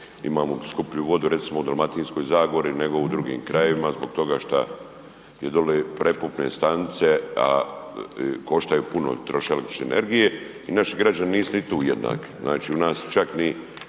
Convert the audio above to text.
imamo skuplju vodu recimo u Dalmatinskoj zagori nego u drugim krajevima zbog toga šta je dole prepumpne stanice, a koštaju puno troše električne energije i naši građani nisu ni tu jednaki. Znači u nas čak ni